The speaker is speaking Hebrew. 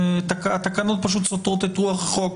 התקנות פשוט סותרות את רוח החוק